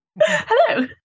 Hello